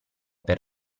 per